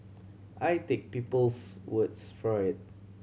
I take people's words for it